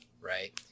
right